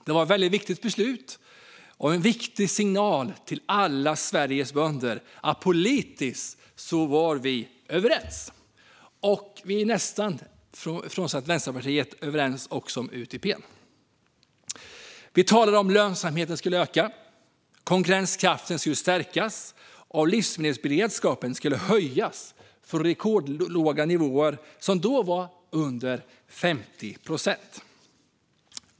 Det var ett väldigt viktigt beslut och en viktig signal till alla Sveriges bönder att vi politiskt var överens, och frånsett Vänsterpartiet är vi överens också om UTP. Vi talade om att lönsamheten skulle öka, att konkurrenskraften skulle stärkas och att livsmedelsberedskapen skulle höjas från de rekordlåga nivåer som då var - under 50 procent.